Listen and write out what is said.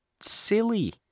silly